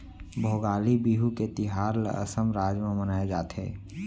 भोगाली बिहू के तिहार ल असम राज म मनाए जाथे